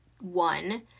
one